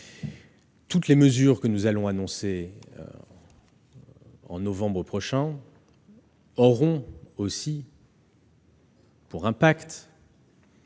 Toutes les mesures que nous allons annoncer en novembre prochain auront aussi pour but